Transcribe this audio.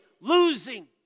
losing